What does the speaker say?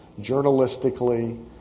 journalistically